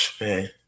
man